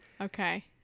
Okay